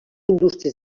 indústries